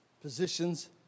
positions